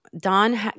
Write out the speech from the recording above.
Don